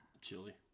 Chili